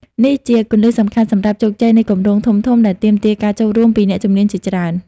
នេះជា គន្លឹះសំខាន់សម្រាប់ជោគជ័យនៃគម្រោងធំៗដែលទាមទារការចូលរួមពីអ្នកជំនាញជាច្រើន។